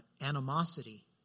animosity